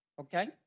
Okay